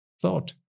thought